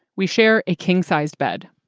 we share a king sized bed.